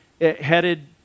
headed